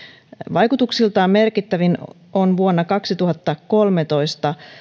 vaikutuksiltaan merkittävin on vuonna kaksituhattakolmetoista